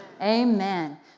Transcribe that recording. Amen